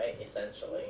Essentially